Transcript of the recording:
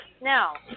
Now